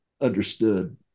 understood